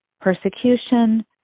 Persecution